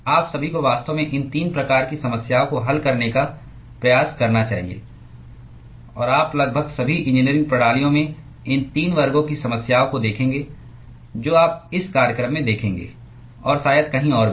आप सभी को वास्तव में इन 3 प्रकार की समस्याओं को हल करने का प्रयास करना चाहिए और आप लगभग सभी इंजीनियरिंग प्रणालियों में इन 3 वर्गों की समस्याओं को देखेंगे जो आप इस कार्यक्रम में देखेंगे और शायद कहीं और भी